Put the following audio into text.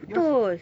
putus